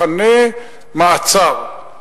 מחנה מעצר.